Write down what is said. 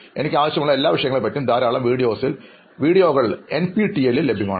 എനിക്ക് ആവശ്യമുള്ള എല്ലാ വിഷയങ്ങളെയും പറ്റി ധാരാളം വീഡിയോകൾ എൻപിടിഎൽ ലഭ്യമാണ്